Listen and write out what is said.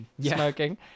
Smoking